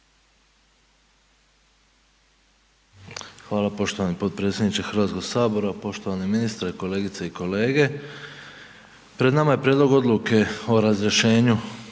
Hvala poštovani potpredsjedniče HS, poštovani ministre, kolegice i kolege. Pred nama je prijedlog odluke o razrješenju